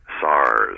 SARS